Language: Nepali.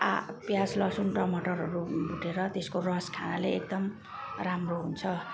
आ प्याज लहसुन टमाटरहरू भुटेर त्यसको रस खानाले एकदम राम्रो हुन्छ